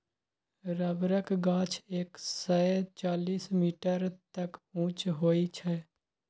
रबरक गाछ एक सय चालीस मीटर तक उँच होइ छै